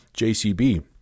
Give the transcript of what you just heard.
jcb